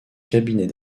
cabinet